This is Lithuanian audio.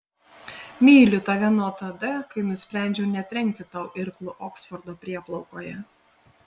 myliu tave nuo tada kai nusprendžiau netrenkti tau irklu oksfordo prieplaukoje